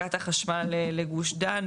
לאספקת החשמל לגוש דן,